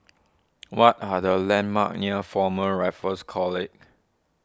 what are the landmarks near Former Raffles College